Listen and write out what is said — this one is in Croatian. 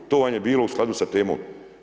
To vam je bilo u skladu sa temom.